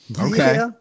Okay